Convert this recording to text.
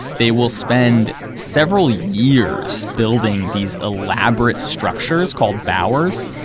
they will spend several years building these elaborate structures called bowers.